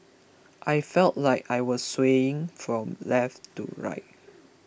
I felt like I was swaying from left to right